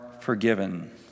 forgiven